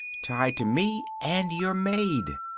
tie to me and you're made.